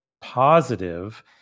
positive